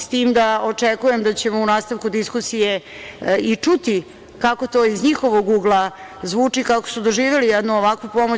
S tim da očekujem da ćemo u nastavku diskusije čuti kako to iz njihovog ugla zvuči, kako su doživeli jednu ovakvu pomoć.